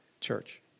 church